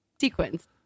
sequence